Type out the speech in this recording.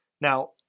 Now